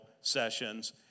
sessions